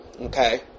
Okay